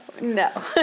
no